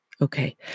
Okay